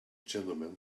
gentlemen